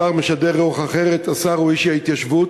השר משדר רוח אחרת, השר הוא איש ההתיישבות,